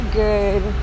good